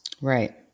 Right